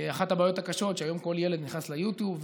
אחת הבעיות הקשות היא שהיום כל ילד נכנס ליוטיוב,